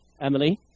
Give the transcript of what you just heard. Emily